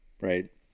Right